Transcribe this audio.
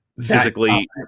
physically